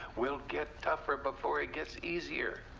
will get tougher before it gets easier.